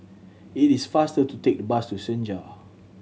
it is faster to take the bus to Senja